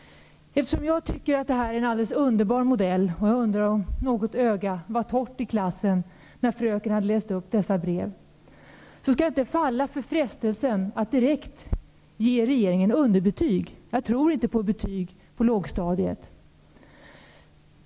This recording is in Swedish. Eftersom jag tycker att detta är en alldeles underbar modell -- jag undrar om något öga var torrt i klassen, när fröken hade läst upp dessa brev -- skall jag inte falla för frestelsen att direkt ge regeringen underbetyg. Jag tror inte på betyg på lågstadiet.